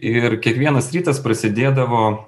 ir kiekvienas rytas prasidėdavo